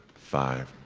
five,